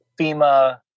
FEMA